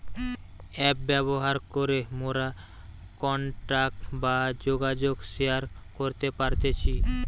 app ব্যবহার করে মোরা কন্টাক্ট বা যোগাযোগ শেয়ার করতে পারতেছি